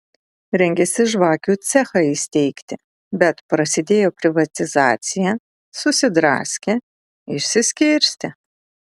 rengėsi žvakių cechą įsteigti bet prasidėjo privatizacija susidraskė išsiskirstė